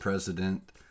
President